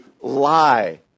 lie